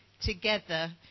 together